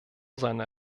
seiner